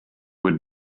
would